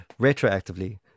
retroactively